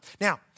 Now